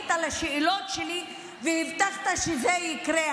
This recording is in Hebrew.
ענית על השאלות שלי והבטחת שזה יקרה,